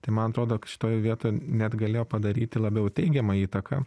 tai man atrodo kad šitoj vietoj net galėjo padaryti labiau teigiamą įtaką